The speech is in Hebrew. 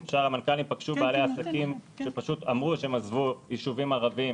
בעלי עסקים שפשוט אמרו שהם עזבו ישובים ערביים